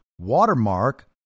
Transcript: watermark